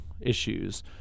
issues